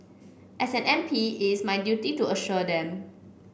as an M P it's my duty to assure them